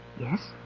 Yes